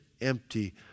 empty